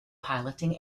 piloting